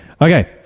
Okay